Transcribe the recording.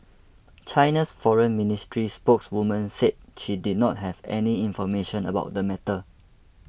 China's foreign ministry spokeswoman said she did not have any information about the matter